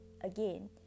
again